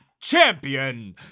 champion